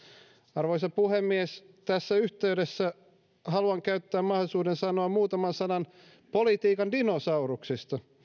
arvoisa puhemies tässä yhteydessä haluan käyttää mahdollisuuden sanoa muutaman sanan politiikan dinosauruksista